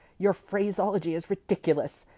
your phraseology is ridiculous.